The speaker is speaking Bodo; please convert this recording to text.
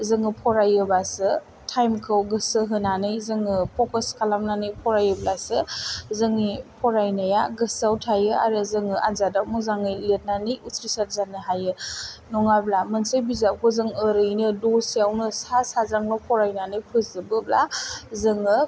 जोङो फरायोबासो टाइमखौ गोसो होनानै जोङो फ'कास खालामनानै फरायोब्लासो जोंनि फरायनाया गोसोयाव थायो आरो जोङो आन्जादाव मोजाङै लिरनानै उथ्रिसार जानो हायो नङाब्ला मोनसे बिजाबखौ जोङो ओरैनो दसेयावनो सा साज्रांल' फरायनानै फोजोबोब्ला जोङो